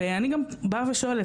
ואני גם באה ושואלת,